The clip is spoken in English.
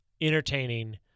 entertaining